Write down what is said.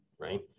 right